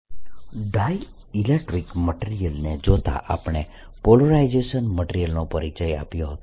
dielectric મટીરીયલ્સની હાજરીમાં electrostatics I dielectric materials ને જોતા આપણે પોલરાઈઝેબલ મટીરીયલ્સનો પરિચય આપ્યો હતો